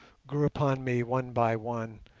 grew upon me one by one,